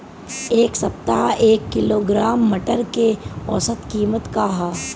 एक सप्ताह एक किलोग्राम मटर के औसत कीमत का ह?